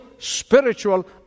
Spiritual